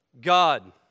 God